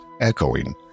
echoing